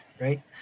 right